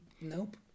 Nope